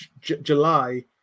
July